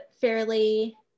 fairly